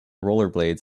rollerblades